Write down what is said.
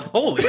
Holy